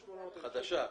חדשה.